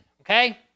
Okay